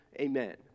Amen